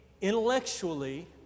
intellectually